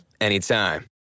anytime